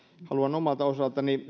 haluan omalta osaltani